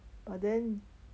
but then